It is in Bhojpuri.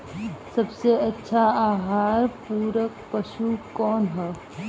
सबसे अच्छा आहार पूरक पशु कौन ह?